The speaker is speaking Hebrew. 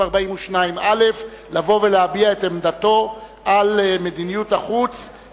42(א) לבוא ולהביע את עמדתו על מדיניות החוץ,